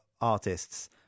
artists